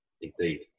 indeed